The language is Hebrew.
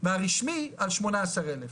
והרשמי על 18,000,